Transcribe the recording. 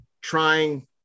trying